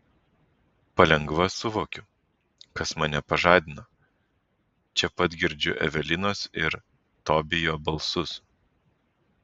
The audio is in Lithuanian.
palengva suvokiu kas mane pažadino čia pat girdžiu evelinos ir tobijo balsus